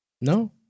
No